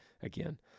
again